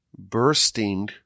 bursting